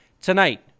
Tonight